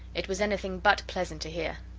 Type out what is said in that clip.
it was anything but pleasant to hear,